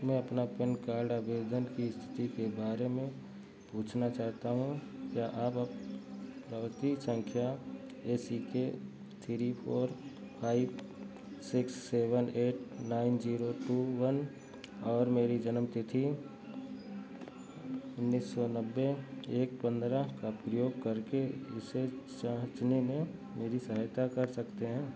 मैं अपना PAN card आवेदन की स्थिति के बारे में पूछना चाहता हूँ क्या आप अप प्रगति संख्या A C K three four five six seven eight nine zero two one और मेरी जन्म तिथि उन्नीस सौ नब्बे एक पंद्रह का प्रयोग करके इसे सहजने में मेरी सहायता कर सकते हैं